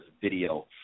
video